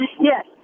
Yes